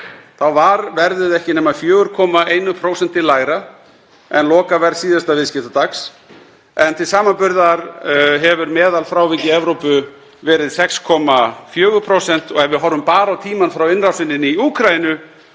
var verðið ekki nema 4,1% lægra en lokaverð síðasta viðskiptadags. Til samanburðar hefur meðalfrávik í Evrópu verið 6,4% og ef við horfum bara á tímann frá innrásinni í Úkraínu